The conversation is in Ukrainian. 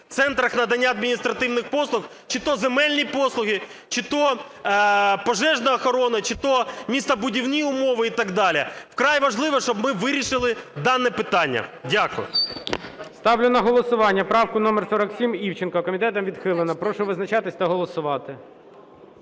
центрах надання адміністративних послуг – чи то земельні послуги, чи то пожежна охорона, чи то містобудівні умови і так далі. Вкрай важливо, щоб ми вирішили дане питання. Дякую. ГОЛОВУЮЧИЙ. Ставлю на голосування правку номер 47 Івченка, комітетом відхилена. Прошу визначатись та голосувати.